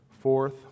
Fourth